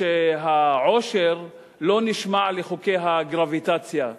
שהעושר לא נשמע לחוקי הגרביטציה,